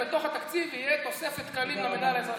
בתוך התקציב תהיה תוספת תקנים למינהל האזרחי,